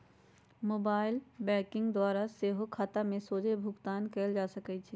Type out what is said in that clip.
mobile banking द्वारा सेहो खता में सोझे भुगतान कयल जा सकइ छै